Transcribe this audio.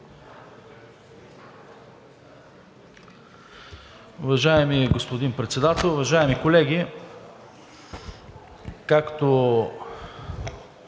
Уважаеми господин Председател, уважаеми колеги! Както